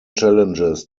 challenges